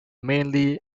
mainly